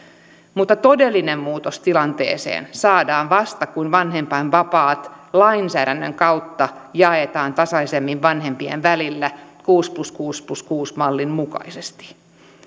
mutta todellinen muutos tilanteeseen saadaan vasta kun vanhempainvapaat lainsäädännön kautta jaetaan tasaisemmin vanhempien välillä kuusi plus kuusi plus kuusi mallin mukaisesti